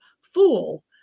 Fool